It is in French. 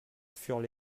furent